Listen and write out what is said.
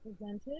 presented